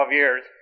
years